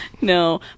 no